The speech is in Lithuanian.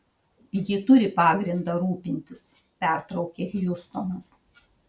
ji turi pagrindą rūpintis pertraukė hjustonas